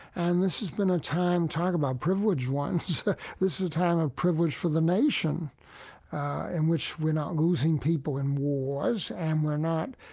and this has been a time talk about privileged ones this is a time of privilege for the nation in which we're not losing people in wars and we're not,